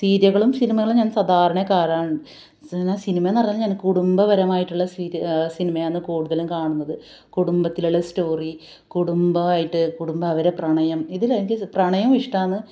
സീരിയകളും സിനിമകളും ഞാൻ സാധാരണ കാണാറുണ്ട് സിനിമ എന്ന് പറഞ്ഞാല് ഞാൻ കുടുംബപരമായിട്ടുള്ള സി സിനിമയാന്ന് കൂടുതലും കാണുന്നത് കുടുംബത്തിലുള്ള സ്റ്റോറി കുടുംബമായിട്ട് കുടുംബം അവരെ പ്രണയം ഇതില് എനിക്ക് പ്രണയം ഇഷ്ടമാണ്